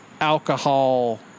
alcohol